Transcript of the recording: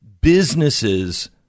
businesses